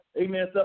amen